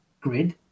grid